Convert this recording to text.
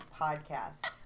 Podcast